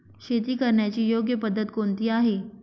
शेती करण्याची योग्य पद्धत कोणती आहे?